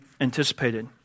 anticipated